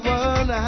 one